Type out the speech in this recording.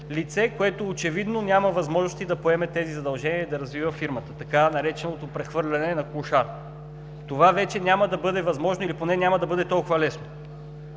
лице, което очевидно няма възможности да поеме тези задължения да развива фирмата, така нареченото „прехвърляне на клошар“. Това вече няма да бъде възможно или поне няма да бъде толкова лесно.